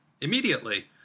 immediately